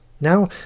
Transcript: Now